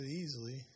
easily